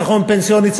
חיסכון פנסיוני,